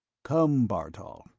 come, bartol,